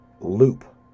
loop